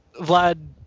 Vlad